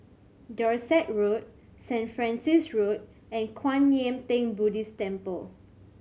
Dorset Road Saint Francis Road and Kwan Yam Theng Buddhist Temple